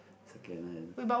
secondhand